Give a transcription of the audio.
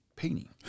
Painting